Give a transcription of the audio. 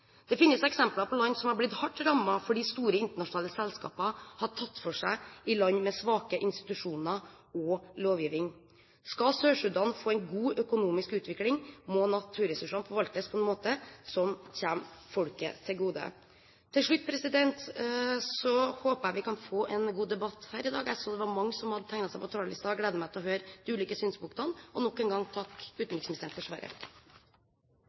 Det finnes eksempler på land med svake institusjoner og svak lovgiving som har blitt hardt rammet fordi store internasjonale selskaper har tatt for seg der. Skal Sør-Sudan få en god økonomisk utvikling, må naturressursene forvaltes på en måte som kommer folket til gode. Til slutt: Jeg håper vi kan få en god debatt her i dag. Jeg så det var mange som hadde tegnet seg på talerlisten – jeg gleder meg til å høre de ulike synspunktene. Og jeg vil nok en gang takke utenriksministeren for svaret.